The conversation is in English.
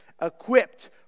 equipped